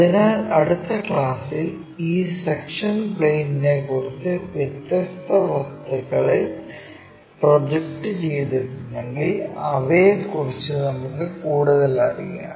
അതിനാൽ അടുത്ത ക്ലാസ്സിൽ ഈ സെക്ഷൻ പ്ലെയിനിനെ കുറിച്ച് വ്യത്യസ്ത വസ്തുക്കളിൽ പ്രൊജക്റ്റ് ചെയ്തിട്ടുണ്ടെങ്കിൽ അവയെക്കുറിച്ച് നമുക്ക് കൂടുതൽ അറിയാം